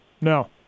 No